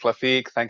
Thank